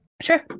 sure